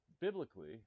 biblically